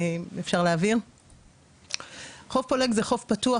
חוף פולג הוא חוף פתוח,